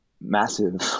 massive